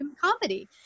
comedy